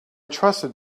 trusted